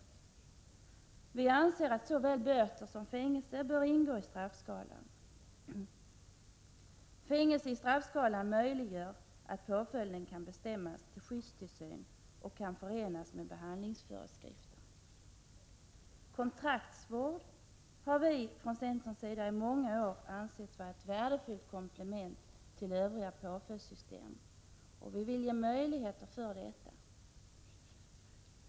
Centern anser att såväl böter som fängelse bör ingå i straffskalan. Fängelse i straffskalan möjliggör att påföljden kan bestämmas till skyddstillsyn och förenas med behandlingsföreskrifter. Kontraktsvård har vi från centerns sida i många år ansett vara ett värdefullt komplement till övriga påföljdssystem, och vi vill ge möjligheter för detta.